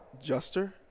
juster